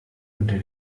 unter